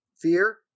fear